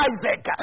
Isaac